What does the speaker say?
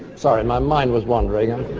sorry, my mind was wondering. i'm